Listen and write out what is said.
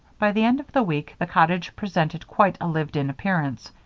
by the end of the week the cottage presented quite a lived-in appearance.